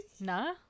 No